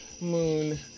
moon